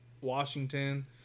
washington